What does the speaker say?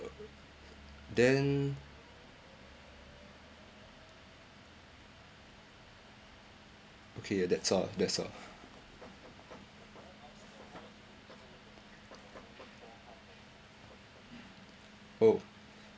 then okay uh that's all that's all oh